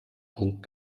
punkt